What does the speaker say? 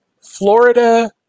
Florida